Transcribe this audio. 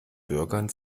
bürgern